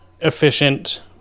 efficient